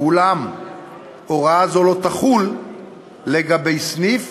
ואולם הוראה זו לא תחול על סניף